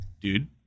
dude